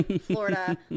Florida